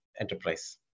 enterprise